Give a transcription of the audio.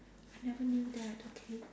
I never knew that okay